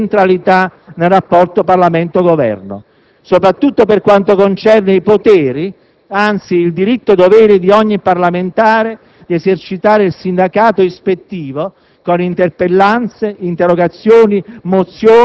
delle prerogative del Parlamento e della sua centralità nel rapporto con il Governo soprattutto per quanto concerne il potere, anzi, il diritto-dovere di ogni parlamentare di esercitare il sindacato ispettivo